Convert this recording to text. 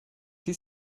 sich